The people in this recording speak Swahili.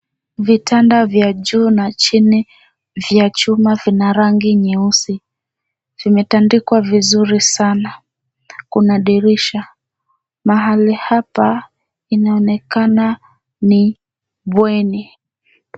Vitanda vya juu na chini vya chuma vina rangi nyeusi. Vimetandikwa vizuri sana. Kuna dirisha . Mahali hapa inaonekana ni bweni.